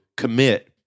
commit